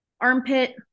armpit